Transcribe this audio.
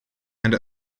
and